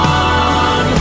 on